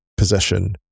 possession